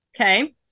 Okay